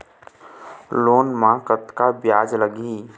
Loan म कतका ब्याज लगही?